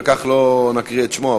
וכך לא נקריא את שמו,